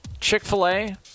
Chick-fil-A